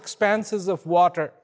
expanses of water